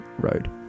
Road